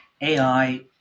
AI